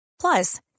Plus